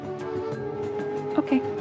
Okay